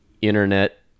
internet